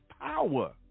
power